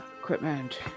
Equipment